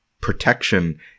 protection